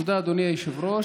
תודה, אדוני היושב-ראש.